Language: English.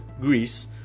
Greece